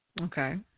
Okay